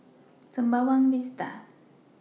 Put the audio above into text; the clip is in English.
Sembawang Vista